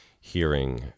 hearing